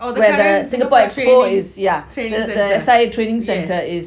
where the singapore expo is yeah the S_I_A training centre